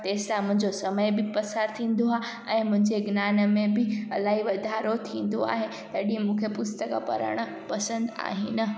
तंहिं सां मुंहिंजो समय बि पसारु थींदो आहे ऐं मुंहिंजे ज्ञान में बि इलाही वधारो थींदो आहे तॾहिं मूंखे पुस्तक पढ़ण पसंदि आहिनि